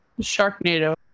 Sharknado